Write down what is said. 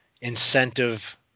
incentive